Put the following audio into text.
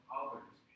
others